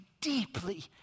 deeply